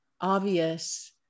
obvious